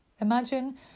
imagine